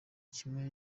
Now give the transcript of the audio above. kimwe